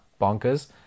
bonkers